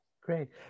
great